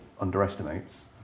underestimates